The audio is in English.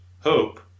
hope